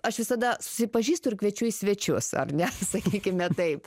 aš visada susipažįstu ir kviečiu į svečius ar ne sakykime taip